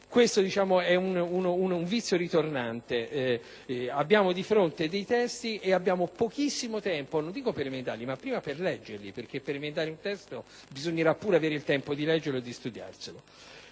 tratta di un vizio che ritorna: abbiamo di fronte dei testi e abbiamo pochissimo tempo, non dico per emendarli, ma anche per leggerli; infatti, per emendare un testo, bisognerà pure avere il tempo di leggerlo e di studiarlo.